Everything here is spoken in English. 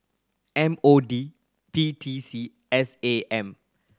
M O D P T C S A M